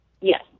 Yes